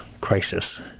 crisis